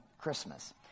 Christmas